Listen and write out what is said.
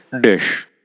dish